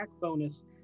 bonus